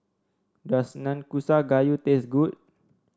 does Nanakusa Gayu taste good